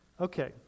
Okay